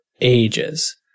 ages